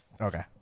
Okay